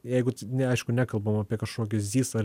jeigu ne aišku nekalbam apie kažkokį zys ar